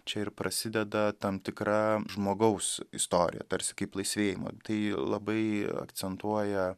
čia ir prasideda tam tikra žmogaus istorija tarsi kaip laisvėjimo tai labai akcentuoja